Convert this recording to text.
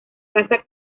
casa